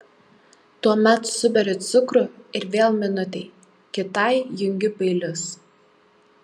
tuomet suberiu cukrų ir vėl minutei kitai jungiu peilius